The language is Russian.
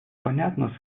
понятна